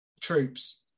troops